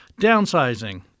Downsizing